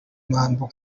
mambo